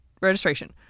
registration